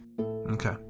Okay